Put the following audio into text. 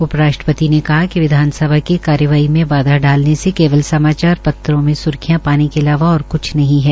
उप राष्ट्रपति ने कहा कि विधानसभाओं की कार्यवाही में बाधा डालना से केवल समाचार पत्रोंमें स्ख्रियां पाने के अलावा और क्छ नहीं है